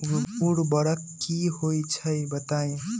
उर्वरक की होई छई बताई?